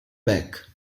back